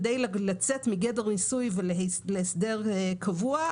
כדי לצאת מגדר ניסוי להסדר קבוע,